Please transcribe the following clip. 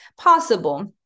possible